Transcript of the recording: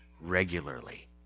regularly